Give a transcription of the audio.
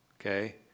okay